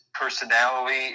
personality